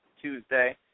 Tuesday